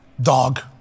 dog